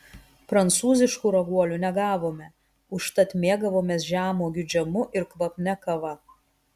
prancūziškų raguolių negavome užtat mėgavomės žemuogių džemu ir kvapnia kava